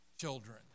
children